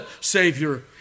savior